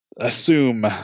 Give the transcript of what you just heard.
assume